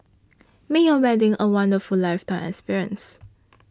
make your wedding a wonderful lifetime experience